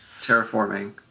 terraforming